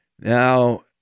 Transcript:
Now